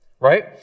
Right